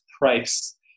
price